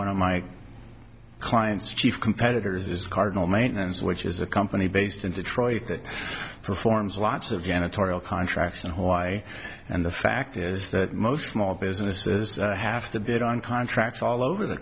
one of my clients chief competitors is cardinal maintenance which is a company based in detroit that performs lots of janitorial contracts and why and the fact is that most small business is have to bid on contracts all over the